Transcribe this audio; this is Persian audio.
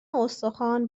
استخوان